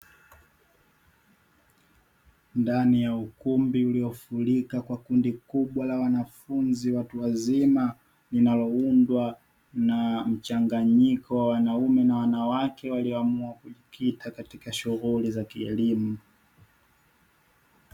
Ndani ya ukumbi uliofurika kwa kundi kubwa la wanafunzi watu wazima, linaloundwa na mchanganyiko wa wanaume na wanawake waliomua kujikita katika shughuli za kielimu.